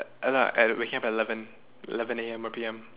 I don't know I like waking up at like eleven eleven A_M or P_M